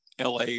LA